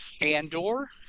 Andor